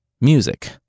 Music